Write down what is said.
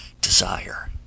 desire